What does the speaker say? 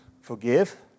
forgive